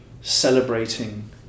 celebrating